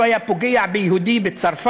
מיליון שקל.